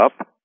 up